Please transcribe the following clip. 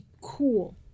cool